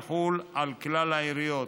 יחול על כלל העיריות,